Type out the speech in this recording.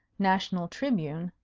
national tribune,